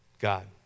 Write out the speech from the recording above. God